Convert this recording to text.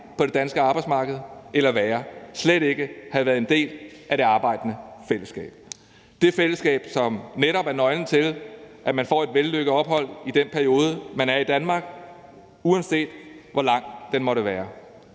på det danske arbejdsmarked eller, værre, slet ikke ville have været en del af det arbejdende fællesskab – det fællesskab, som netop er nøglen til, at man får et vellykket ophold i den periode, man er i Danmark, uanset hvor lang den måtte være.